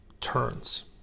turns